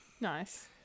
nice